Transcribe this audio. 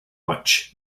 much